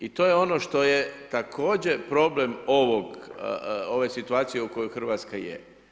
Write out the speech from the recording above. I to je ono što je također problem ove situacije u kojoj Hrvatska je.